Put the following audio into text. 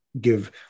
give